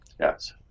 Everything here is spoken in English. Yes